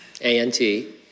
A-N-T